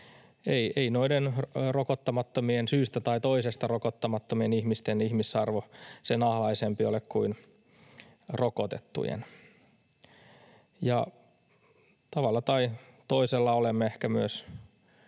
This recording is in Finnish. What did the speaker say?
ei noiden syystä tai toisesta rokottamattomien ihmisten ihmisarvo sen alhaisempi ole kuin rokotettujen. Tavalla tai toisella olemme ehkä myös